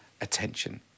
attention